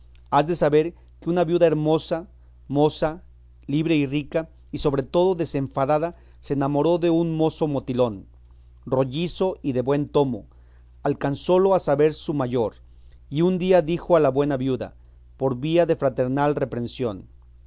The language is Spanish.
has de saber que una viuda hermosa moza libre y rica y sobre todo desenfadada se enamoró de un mozo motilón rollizo y de buen tomo alcanzólo a saber su mayor y un día dijo a la buena viuda por vía de fraternal reprehensión